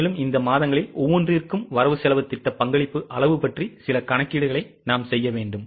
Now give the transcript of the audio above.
மேலும் இந்த மாதங்களில் ஒவ்வொன்றிற்கும் வரவுசெலவுத் திட்ட பங்களிப்பு அளவு பற்றி சில கணக்கீடுகளைச் செய்ய வேண்டும்